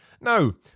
No